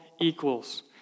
equals